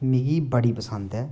मिगी बडी पसंद ऐ